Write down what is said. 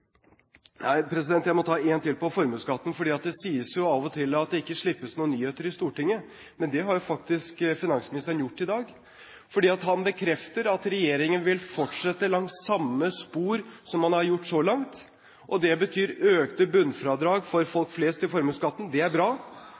det sies av og til at det ikke slippes noen nyheter i Stortinget, men det har faktisk finansministeren gjort i dag. Han bekrefter at regjeringen vil fortsette langs samme spor som man har gjort så langt. Det betyr økte bunnfradrag i formuesskatten for folk flest. Det er bra. Men det er